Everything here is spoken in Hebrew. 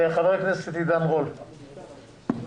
חבר הכנסת עידן רול, בבקשה.